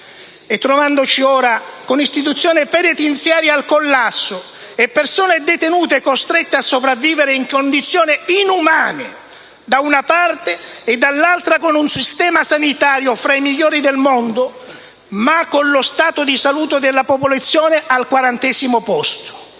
Ci troviamo così ora con istituzioni penitenziarie al collasso e persone detenute costrette a sopravvivere in condizioni inumane, da una parte, e, dall'altra, con un sistema sanitario fra i migliori del mondo ma con lo stato di salute della popolazione al quarantesimo posto